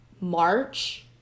March